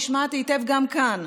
נשמעה היטב גם כאן,